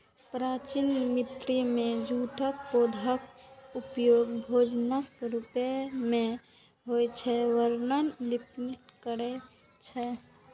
प्राचीन मिस्र मे जूटक पौधाक उपयोग भोजनक रूप मे होइ के वर्णन प्लिनी कयने छै